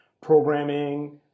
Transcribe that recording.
programming